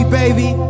baby